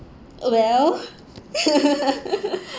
well